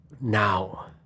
Now